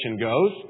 goes